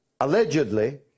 Allegedly